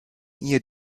ihr